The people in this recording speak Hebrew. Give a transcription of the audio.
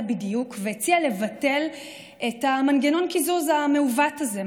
בדיוק והציעה לבטל את מנגנון הקיזוז המעוות הזה,